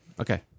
Okay